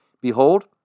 Behold